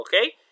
okay